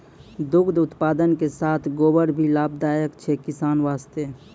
दुग्ध उत्पादन के साथॅ गोबर भी लाभदायक छै किसान वास्तॅ